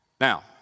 Now